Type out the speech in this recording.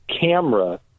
camera